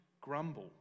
grumble